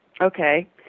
okay